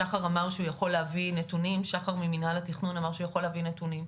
שחר ממנהל התכנון אמר שהוא יכול להביא נתונים,